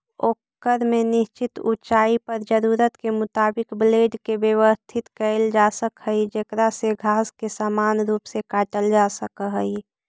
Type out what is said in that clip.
ओकर में निश्चित ऊँचाई पर जरूरत के मुताबिक ब्लेड के व्यवस्थित कईल जासक हई जेकरा से घास के समान रूप से काटल जा सक हई